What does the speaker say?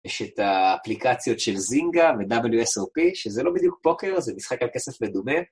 יש את האפליקציות של זינגה ו-WSRP, שזה לא בדיוק פוקר, זה משחק על כסף מדומה.